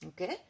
Okay